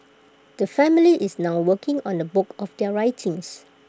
the family is now working on A book of their writings